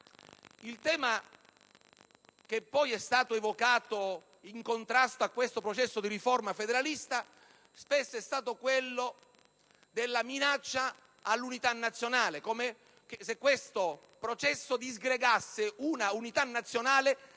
Il tema che è stato poi evocato in contrasto a questo processo di riforma federalista spesso è stato quello della minaccia all'unità nazionale, come se questo processo disgregasse una unità nazionale